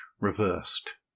reversed